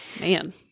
Man